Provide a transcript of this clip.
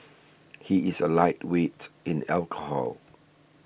he is a lightweight in alcohol